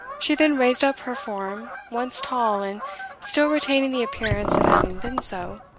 she then raised up her form, once tall, and still retaining the appearance of having been so,